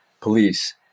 police